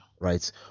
right